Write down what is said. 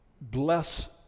bless